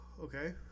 Okay